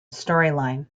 storyline